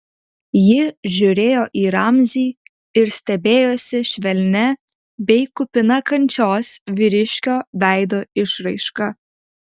ji žiūrėjo į ramzį ir stebėjosi švelnia bei kupina kančios vyriškio veido išraiška